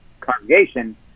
congregation